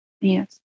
Yes